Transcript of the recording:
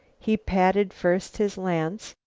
he patted first his lance,